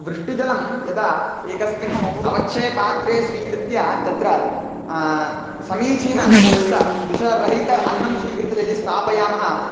वृष्टिजलं यदा एकस्मिन् अवच्छे पात्रे स्वीकृत्य तत्र समीचीनयुक्तं विषरहितम् अन्नं स्वीकृत्य यदि स्थापयामः